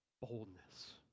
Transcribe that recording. boldness